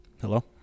Hello